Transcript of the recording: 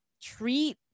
treat